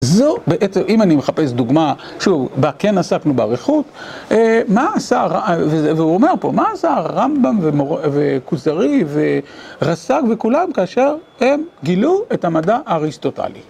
זו בעצם... אם אני מחפש דוגמה... שוב, בה כן עסקנו באריכות: "מה עשה הרמ...", והוא אומר פה: "מה עשה הרמב"ם, וכוזרי, ורס"ג, וכולם, כאשר הם גילו את המדע האריסטוטלי?"